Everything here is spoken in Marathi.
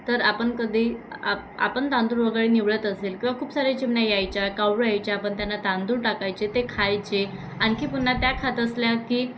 तर आपण कधी आप आपण तांदूळ वगैरे निवडत असेल किंवा खूप सारे चिमण्या यायच्या कावळे यायच्या आपण त्यांना तांदूळ टाकायचे ते खायचे आणखी पुन्हा त्या खात असल्या की